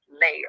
layer